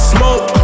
Smoke